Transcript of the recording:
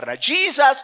Jesus